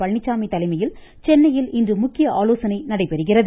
பழனிச்சாமி தலைமையில் சென்னையில் இன்று முக்கிய ஆலோசனை நடைபெறுகிறது